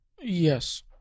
Yes